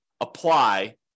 apply